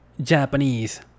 Japanese